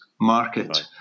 market